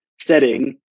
setting